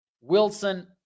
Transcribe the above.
Wilson